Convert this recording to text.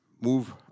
move